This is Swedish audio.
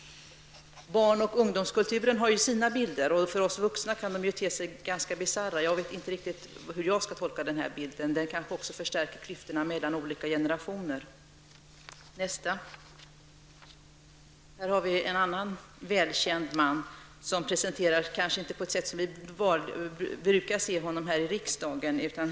Barn och ungdomskulturen har sina bilder. För oss vuxna kan det te sig ganska bisarra. Jag vet inte riktigt hur jag skall tolka den här bilden. Det kanske också förstärker klyftorna mellan olika generationer. Vi tar nästa bild. Här har vi en annan välkänd man, som kanske presenteras på ett sätt som vi inte är vana vid här i riksdagen.